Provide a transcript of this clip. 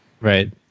Right